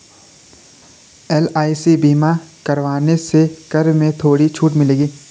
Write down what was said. LIC बीमा करवाने से कर में थोड़ी छूट मिलेगी